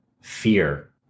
fear